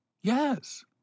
Yes